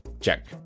Check